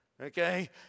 Okay